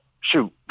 shoot